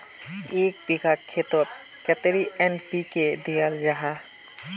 एक बिगहा खेतोत कतेरी एन.पी.के दियाल जहा?